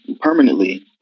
permanently